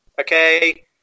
okay